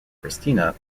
christina